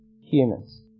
humans